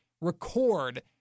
record